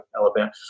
Alabama